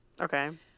Okay